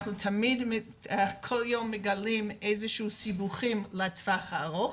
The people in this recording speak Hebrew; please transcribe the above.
אנחנו כל יום מגלים איזה שהם סיבוכים לטווח הארוך.